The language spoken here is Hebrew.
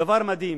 דבר מדהים.